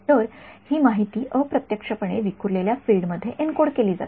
तर ही माहिती अप्रत्यक्षपणे विखुरलेल्या फील्ड मध्ये एन्कोड केली जाते